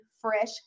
fresh